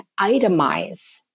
itemize